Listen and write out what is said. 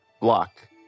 Block